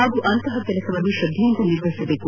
ಹಾಗೂ ಅಂಥ ಕೆಲಸವನ್ನು ತ್ರದೈಯಿಂದ ನಿರ್ವಹಿಸಬೇಕು